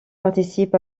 participent